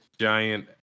giant